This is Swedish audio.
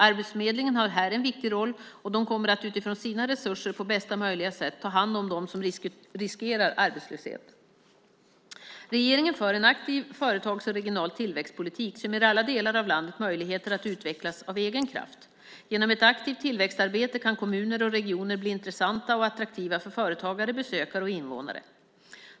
Arbetsförmedlingen har här en viktig roll. De kommer att utifrån sina resurser på bästa möjliga sätt ta hand om dem som riskerar arbetslöshet. Regeringen för en aktiv företagspolitik och en regional tillväxtpolitik som ger alla delar av landet möjligheter att utvecklas av egen kraft. Genom eget aktivt tillväxtarbete kan kommuner och regioner bli intressanta och attraktiva för företagare, besökare och invånare.